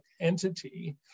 entity